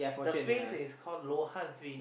the fish is call Luo-Han fish